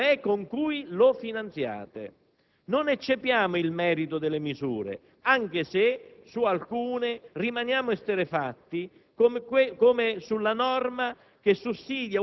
In questo anno di legislatura non avete assunto alcuna misura in questi settori dell'economia italiana, limitandovi a fare elemosine con le tasche di chi paga le tasse.